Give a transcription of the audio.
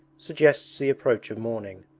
suggests the approach of morning.